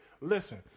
Listen